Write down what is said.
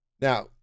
Now